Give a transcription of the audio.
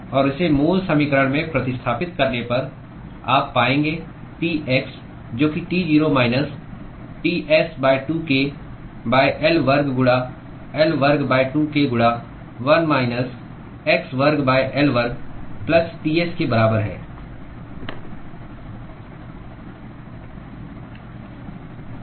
और इसे मूल समीकरण में प्रतिस्थापित करने पर आप पाएंगे Tx जो कि T 0 minus Ts 2k L वर्ग गुणा L वर्ग 2k गुणा 1 माइनस x वर्ग L वर्ग प्लस Ts के बराबर है